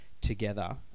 together